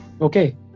Okay